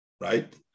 right